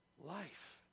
life